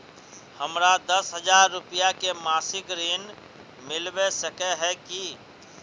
हमरा दस हजार रुपया के मासिक ऋण मिलबे सके है की?